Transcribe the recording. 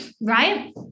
right